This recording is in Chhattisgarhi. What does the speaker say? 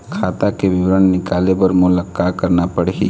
खाता के विवरण निकाले बर मोला का करना पड़ही?